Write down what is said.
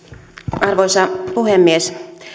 arvoisa puhemies